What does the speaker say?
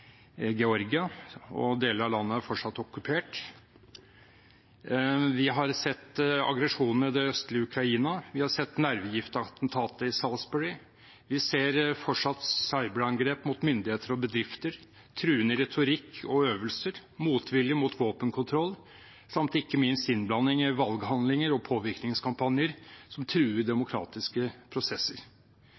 Georgia, og deler av landet er fortsatt okkupert. Vi har sett aggresjonen i det østlige Ukraina. Vi har sett nervegiftattentatet i Salisbury. Vi ser fortsatt cyberangrep mot myndigheter og bedrifter, truende retorikk og øvelser, motvilje mot våpenkontroll samt ikke minst innblanding i valghandlinger og påvirkningskampanjer som truer demokratiske prosesser.